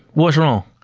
what's wrong?